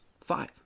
Five